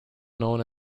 known